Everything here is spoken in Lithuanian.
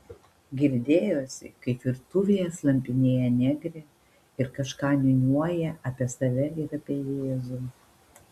girdėjosi kaip virtuvėje slampinėja negrė ir kažką niūniuoja apie save ir apie jėzų